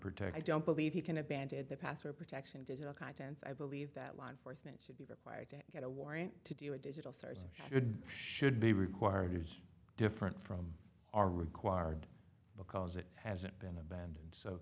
protect i don't believe you can abandon the password protection digital content i believe that law enforcement should be required to get a warrant to do a digital stars should should be required is different from are required because it hasn't been abandoned so